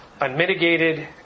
unmitigated